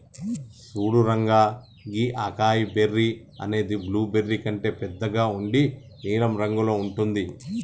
సూడు రంగా గీ acai berry అనేది బ్లూబెర్రీ కంటే బెద్దగా ఉండి నీలం రంగులో ఉంటుంది